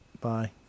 Bye